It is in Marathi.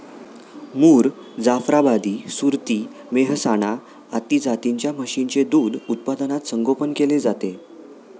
मुर, जाफराबादी, सुरती, मेहसाणा आदी जातींच्या म्हशींचे दूध उत्पादनात संगोपन केले जाते